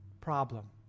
problem